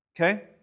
Okay